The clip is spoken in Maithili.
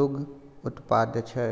दुग्ध उत्पाद छै